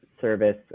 service